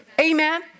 Amen